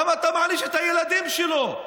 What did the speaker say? למה אתה מעניש את הילדים שלו?